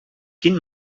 quin